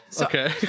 Okay